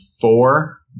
four